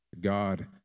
God